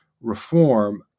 reform